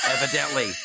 Evidently